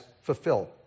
fulfilled